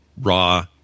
raw